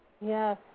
Yes